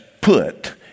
put